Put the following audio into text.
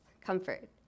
comfort